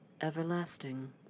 everlasting